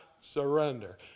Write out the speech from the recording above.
surrender